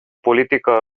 politica